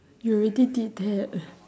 you already did that